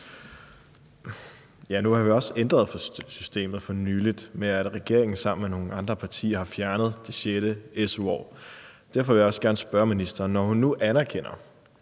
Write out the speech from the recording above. Nu har vi jo også ændret systemet for nylig, ved at regeringen sammen med nogle andre partier har fjernet det sjette su-år. Derfor vil jeg også gerne spørge ministeren: Når hun nu anerkender,